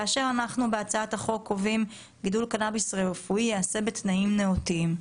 כאשר אנחנו בהצעת החוק קובעים גידול קנאביס רפואי ייעשה בתנאים נאותים,